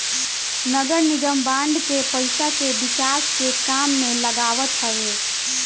नगरनिगम बांड के पईसा के विकास के काम में लगावत हवे